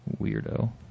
Weirdo